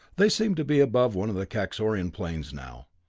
they seemed to be above one of the kaxorian planes now.